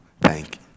Thank